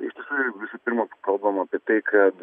iš tiesų jeigu visų pirma kalbam apie tai kad